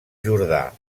jordà